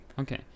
Okay